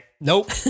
Nope